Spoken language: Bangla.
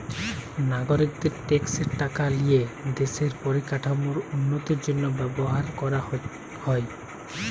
নাগরিকদের ট্যাক্সের টাকা লিয়ে দেশের পরিকাঠামোর উন্নতির জন্য ব্যবহার করা হয়